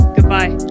Goodbye